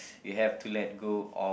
you have to let go of